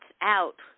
out